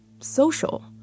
social